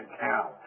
count